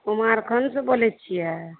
कुमारखण्डसँ बोलै छियै